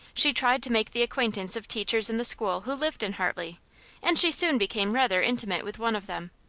she tried to make the acquaintance of teachers in the school who lived in hartley and she soon became rather intimate with one of them.